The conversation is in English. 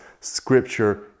Scripture